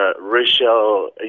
racial